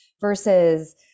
versus